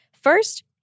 First